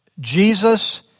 Jesus